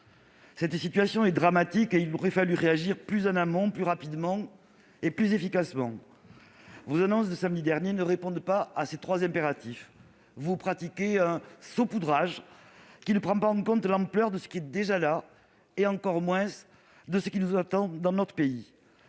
cette situation dramatique, il aurait fallu réagir plus en amont, plus rapidement et plus efficacement. Vos annonces de samedi dernier ne répondent pas à ces trois impératifs. Vous pratiquez un saupoudrage qui ne prend pas en compte l'ampleur de ce qui est déjà là et encore moins de ce qui attend notre pays.